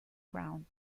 ground